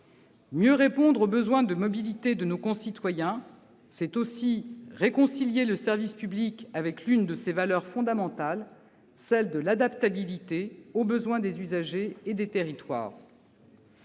Mieux répondre aux besoins de mobilité de nos concitoyens, c'est aussi réconcilier le service public avec l'une de ses valeurs fondamentales : l'adaptabilité aux besoins des usagers et des territoires.